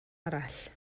arall